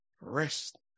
rest